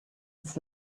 its